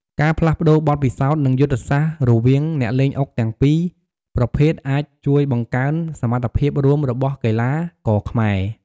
ការផ្លាស់ប្តូរបទពិសោធន៍ និងយុទ្ធសាស្ត្ររវាងអ្នកលេងអុកទាំងពីរប្រភេទអាចជួយបង្កើនសមត្ថភាពរួមរបស់កីឡាករខ្មែរ។